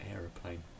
aeroplane